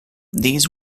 these